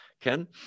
Ken